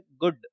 good